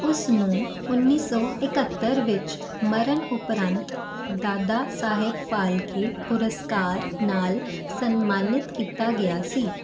ਉਸਨੂੰ ਉੱਨੀ ਸੌ ਇਕਹੱਤਰ ਵਿੱਚ ਮਰਨ ਉਪਰੰਤ ਦਾਦਾ ਸਾਹਿਬ ਫਾਲਕੇ ਪੁਰਸਕਾਰ ਨਾਲ ਸਨਮਾਨਿਤ ਕੀਤਾ ਗਿਆ ਸੀ